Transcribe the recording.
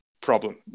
problem